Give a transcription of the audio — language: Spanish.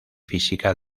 física